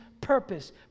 purpose